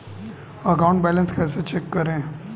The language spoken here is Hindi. अकाउंट बैलेंस कैसे चेक करें?